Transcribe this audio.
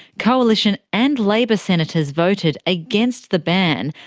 coalition and labor senators voted against the ban,